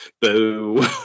boo